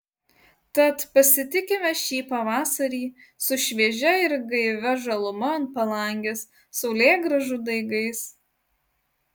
tad pasitikime šį pavasarį su šviežia ir gaivia žaluma ant palangės saulėgrąžų daigais